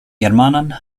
germanan